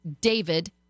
David